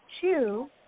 two